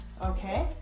Okay